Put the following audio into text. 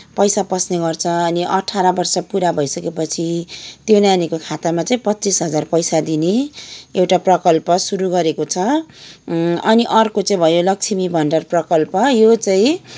पैसा पस्नेगर्छ अनि अठार वर्ष पुरा भइसकेपछि त्यो नानीको खातामा चाहिँ पच्चिस हजार पैसा दिने एउटा प्रकल्प सुरु गरेको छ अनि अर्को चाहिँ भयो लक्ष्मी भण्डार प्रकल्प यो चाहिँ